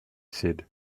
said